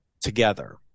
together